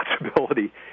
responsibility